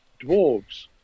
dwarves